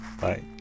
bye